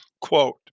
Quote